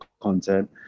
content